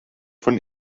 von